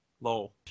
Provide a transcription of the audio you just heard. Lol